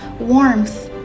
warmth